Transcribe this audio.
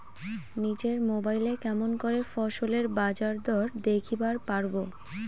নিজের মোবাইলে কেমন করে ফসলের বাজারদর দেখিবার পারবো?